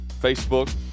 Facebook